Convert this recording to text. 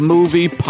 Movie